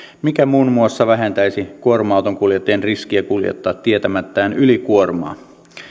mikä muun muassa vähentäisi kuorma autonkuljettajien riskiä kuljettaa tietämättään ylikuormaa